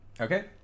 Okay